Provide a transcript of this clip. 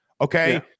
Okay